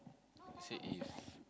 see if